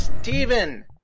Steven